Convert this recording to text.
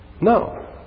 No